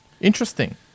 Interesting